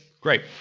great